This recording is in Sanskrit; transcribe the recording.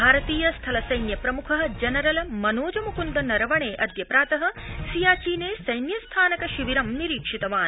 भारतीय स्थल सैन्य प्रमुख जनरल मनोज मुकुन्द नरवणे अद्य प्रात सियाचीने सैन्यस्थानक शिविर निरीक्षितवान्